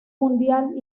mundial